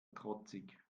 trotzig